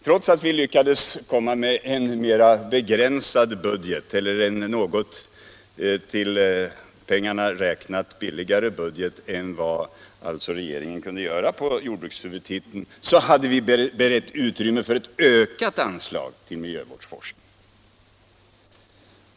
Trots att vi lyckades kornma med en i pengar räknat något billigare budget än vad regeringen kunde åstadkomma inom jordbrukshuvudtiteln så hade vi berett utrymme för ett ökat anslag till miljövårdsforskning.